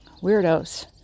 weirdos